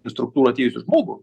struktūrų atėjusį žmogų